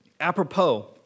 apropos